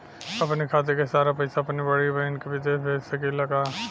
अपने खाते क सारा पैसा अपने बड़ी बहिन के विदेश भेज सकीला का?